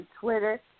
Twitter